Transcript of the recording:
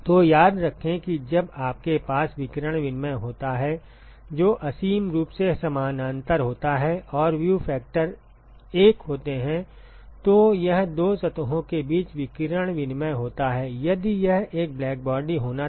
तो याद रखें कि जब आपके पास विकिरण विनिमय होता है जो असीम रूप से समानांतर होता है और व्यू फैक्टर 1 होते हैं तो यह दो सतहों के बीच विकिरण विनिमय होता है यदि यह एक ब्लैक बॉडी होना था